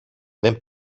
δεν